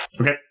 Okay